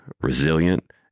resilient